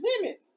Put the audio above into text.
women